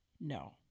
no